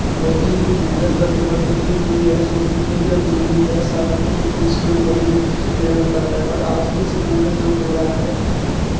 बहुत ही मेहनत करनी पड़ती थी वे यह सोचते थे कि अब जो भी है सारा कुछ इंग्लिश के ऊपर ही निर्भर करता है पर आज के समय में जो हो रहा है